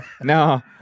No